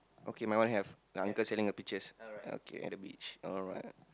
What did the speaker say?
okay my one have the uncle sending the pictures okay at the beach alright